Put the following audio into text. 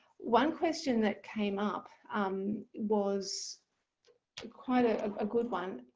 one question that came up was quite a ah good one.